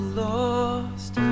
lost